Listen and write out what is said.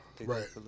Right